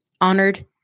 honored